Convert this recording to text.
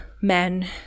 men